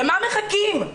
למה מחכים,